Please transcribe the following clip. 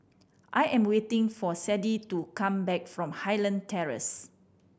I am waiting for Sadye to come back from Highland Terrace